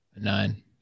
Nine